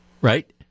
Right